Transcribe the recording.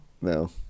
No